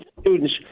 students